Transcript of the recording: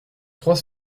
trois